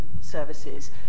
services